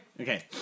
Okay